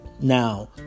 Now